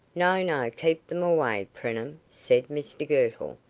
no, no keep them away, preenham, said mr girtle,